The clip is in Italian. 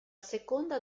seconda